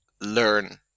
learn